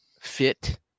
fit